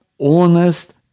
honest